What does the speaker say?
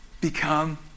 become